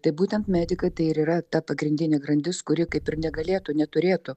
tai būtent medikai tai ir yra ta pagrindinė grandis kuri kaip ir negalėtų neturėtų